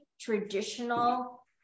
traditional